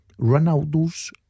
Ronaldo's